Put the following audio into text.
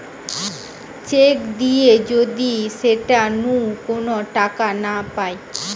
check দিয়ে যদি সেটা নু কোন টাকা না পায়